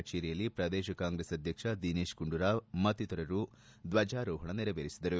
ಕಚೇರಿಯಲ್ಲಿ ಪ್ರದೇಶ ಕಾಂಗ್ರೆಸ್ ಅಧ್ವಕ್ಷ ದಿನೇಶ್ ಗುಂಡೂರಾವ್ ಮತ್ತಿತರರು ಧ್ವಜಾರೋಪಣ ನೆರವೇರಿಸಿದರು